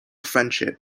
friendship